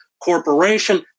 corporation